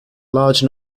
large